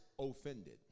offended